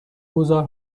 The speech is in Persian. گذار